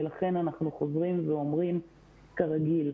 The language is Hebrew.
ולכן אנחנו חוזרים ואומרים כרגיל.